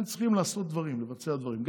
הם צריכים לעשות דברים ולבצע דברים.